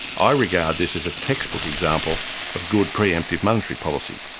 i regard this as a textbook example of good pre-emptive monetary policy,